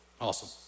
awesome